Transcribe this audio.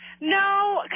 no